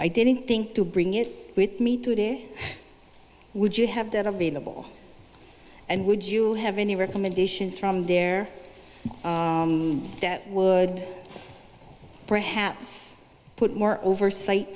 i didn't think to bring it with me today would you have that available and would you have any recommendations from there that would perhaps put more oversight